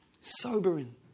Sobering